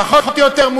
פחות או יותר,